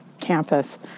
campus